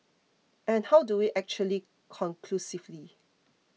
and how do we actually conclusively